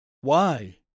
Why